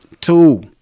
two